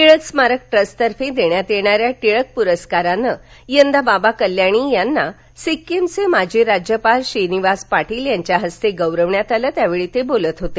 टिळक स्मारक ट्रस्टतर्फे देण्यात येणाऱ्या टिळक पुरस्कारानं यंदा बाबा कल्याणी यांना सिक्किमचे माजी राज्यपाल श्रीनिवास पाटील यांच्या हस्ते गौरवण्यात आलं त्यावेळी ते बोलत होते